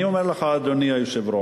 אני אומר לך, אדוני היושב-ראש,